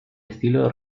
estilo